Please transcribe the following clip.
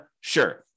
Sure